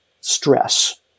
stress